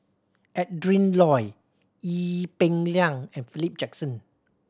Adrin Loi Ee Peng Liang and Philip Jackson